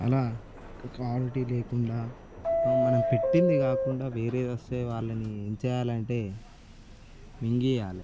అలా క్వాలిటీ లేకుండా మనం పెట్టింది కాకుండా వేరేది వస్తే వాళ్ళని ఏం చేయ్యాలంటే మింగేయాలి